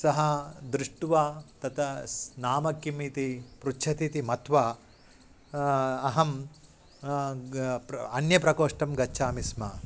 सः दृष्ट्वा तत स् नाम किं इति पृच्छति इति मत्वा अहम् अन्यप्रकोष्ठं गच्छामि स्म